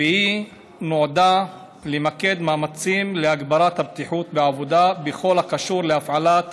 והיא נועדה למקד מאמצים להגברת הבטיחות בעבודה בכל הקשור להפעלת